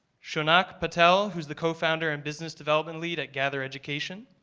shonak patel, who is the cofounder and business development lead at gather education.